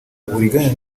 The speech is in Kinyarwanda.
uburiganya